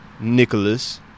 Nicholas